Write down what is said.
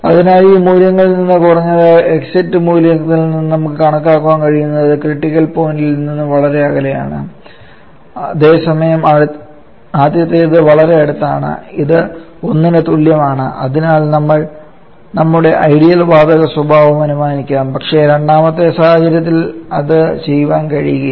അതിനാൽ ഈ മൂല്യങ്ങളിൽ നിന്ന് കുറഞ്ഞത് എക്സിറ്റ് മൂല്യത്തിൽ നിന്ന് നമുക്ക് കണക്കാക്കാൻ കഴിയുന്നത് അത് ക്രിട്ടിക്കൽ പോയിൻറ് ഇൽ നിന്ന് വളരെ അകലെയാണ് അതേസമയം ആദ്യത്തേത് വളരെ അടുത്താണ് ഇത് 1 ന് തുല്യമാണ് അതിനാൽ നമുക്ക് ഐഡിയൽ വാതക സ്വഭാവം അനുമാനിക്കാം പക്ഷേ രണ്ടാമത്തെ സാഹചര്യത്തിൽ അത് ചെയ്യാൻ കഴിയില്ല